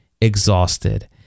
exhausted